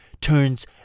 turns